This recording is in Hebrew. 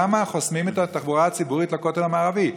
למה חוסמים את התחבורה הציבורית לכותל המערבי?